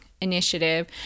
initiative